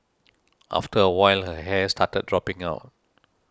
after a while her hair started dropping out